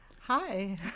Hi